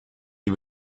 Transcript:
die